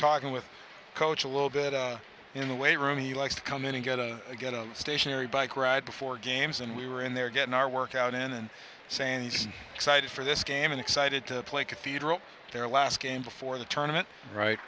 talking with coach a little bit in the weight room he likes to come in and get on get on the stationary bike ride before games and we were in there getting our workout in and saying he's excited for this game and excited to play cathedral their last game before the tournament right